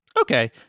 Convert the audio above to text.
okay